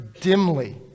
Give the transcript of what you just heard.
dimly